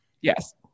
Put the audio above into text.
Yes